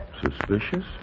Suspicious